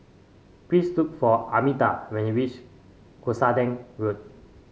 please look for Armida when you reach Cuscaden Road